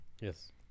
Yes